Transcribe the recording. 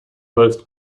most